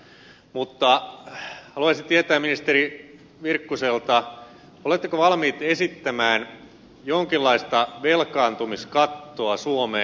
mutta haluaisin tietää ministeri virkkuselta oletteko valmiit esittämään jonkinlaista velkaantumiskattoa suomeen